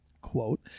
quote